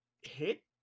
hit